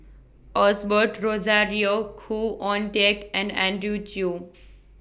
Osbert Rozario Khoo Oon Teik and Andrew Chew